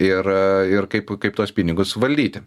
ir ir kaip kaip tuos pinigus valdyti